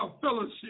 fellowship